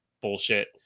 bullshit